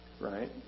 Right